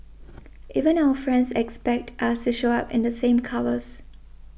even our friends expect us to show up in the same colours